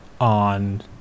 on